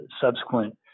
subsequent